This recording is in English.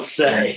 say